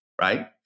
right